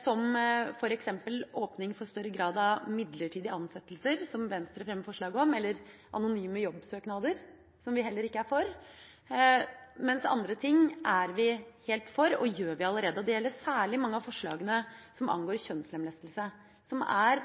som f.eks. åpning for større grad av midlertidige ansettelser, som Venstre fremmer forslag om, eller anonyme jobbsøknader, som vi heller ikke er for – mens andre ting er vi helt for, og gjør allerede. Det gjelder særlig mange av forslagene som angår